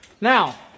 now